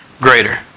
greater